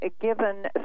given